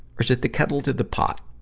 or is it the kettle to the pot?